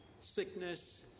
sickness